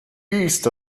east